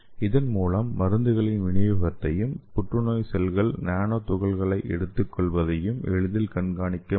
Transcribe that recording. இதன் மூலம் மருந்துகளின் விநியோகத்தையும் புற்றுநோய் செல்கள் நானோ துகள்களை எடுத்துக் கொள்வதையும் எளிதில் கண்காணிக்க முடியும்